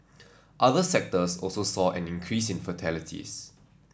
other sectors also saw an increase in fatalities